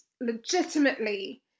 legitimately